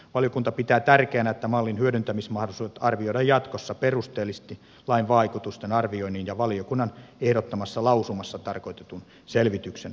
valiokunta pitää tärkeänä että mallin hyödyntämismahdollisuudet arvioidaan jatkossa perusteellisesti lain vaikutusten arvioinnin ja valiokunnan ehdottamassa lausumassa tarkoitetun selvityksen yhteydessä